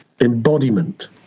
Embodiment